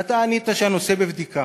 ואתה ענית שהנושא בבדיקה.